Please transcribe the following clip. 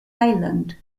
island